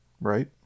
right